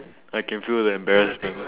I can feel the embarrassment